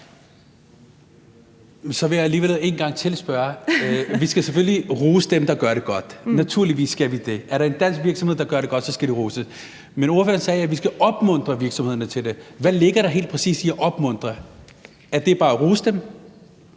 Så vil jeg alligevel spørge en gang til. Vi skal selvfølgelig rose dem, der gør det godt; naturligvis skal vi det. Er der en dansk virksomhed, der gør det godt, skal de roses. Men ordføreren sagde, at vi skal opmuntre virksomhederne til det. Hvad ligger der helt præcis i at opmuntre: Er det bare at rose dem?